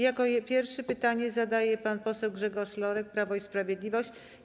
Jako pierwszy pytanie zadaje pan poseł Grzegorz Lorek, Prawo i Sprawiedliwość.